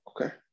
Okay